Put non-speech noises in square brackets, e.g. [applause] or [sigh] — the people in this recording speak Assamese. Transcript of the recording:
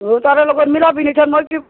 দুটাৰে লগত মিলা [unintelligible] মই কি